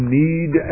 need